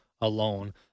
alone